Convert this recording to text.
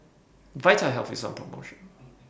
Vitahealth IS on promotion